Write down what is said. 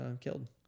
killed